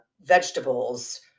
vegetables